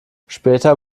später